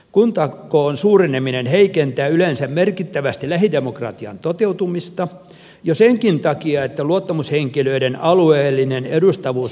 kuntakoon suureneminen heikentää yleensä merkittävästi lähidemokratian toteutumista jo senkin takia että luottamushenkilöiden alueellinen edustavuus vähenee merkittävästi